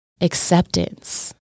acceptance